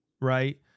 right